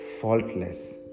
faultless